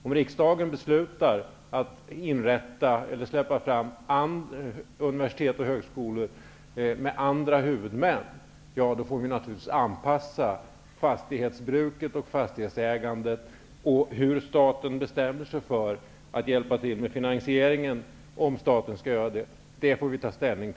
Om riksdagen beslutar att släppa fram universitet och högskolor med andra huvudmän får naturligtvis en anpassning ske av bruket och ägandet av fastigheterna. Vi får sedan ta ställning till om staten skall hjälpa till med finansieringen.